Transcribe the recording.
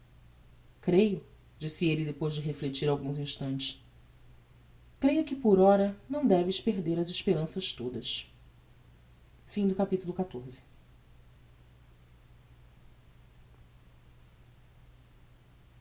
creio disse elle depois de reflectir alguns instantes creio que por ora não deves perder as esperanças todas xv